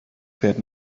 fährt